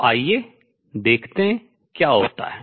तो आइये देखते हैं क्या होता है